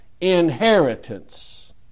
inheritance